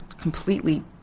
completely